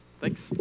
Thanks